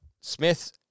Smith